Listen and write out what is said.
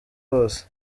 hasi